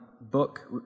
book